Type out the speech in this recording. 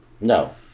No